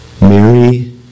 Mary